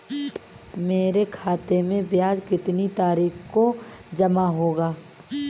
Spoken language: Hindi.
मेरे खाते में ब्याज कितनी तारीख को जमा हो जाता है?